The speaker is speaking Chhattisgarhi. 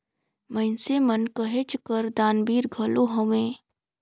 मइनसे मन कहेच कर दानबीर घलो हवें